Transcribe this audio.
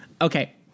Okay